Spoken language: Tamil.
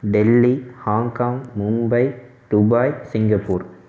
Delhi Hong Kong Mumbai Dubai Singapore